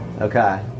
Okay